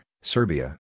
Serbia